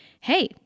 Hey